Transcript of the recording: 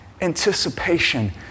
anticipation